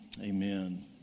Amen